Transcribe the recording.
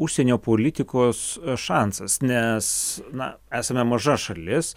užsienio politikos šansas nes na esame maža šalis